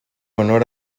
honor